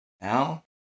now